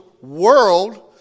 world